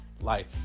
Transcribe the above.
life